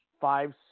five